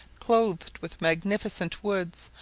clothed with magnificent woods,